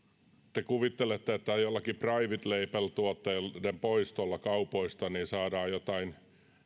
te kuvittelette että jollakin private label tuotteiden poistolla kaupoista saadaan jotain